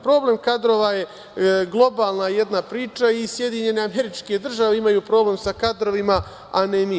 Problem kadrova je globalna jedna priča i SAD imaju problem sa kadrovima, a ne mi.